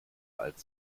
alt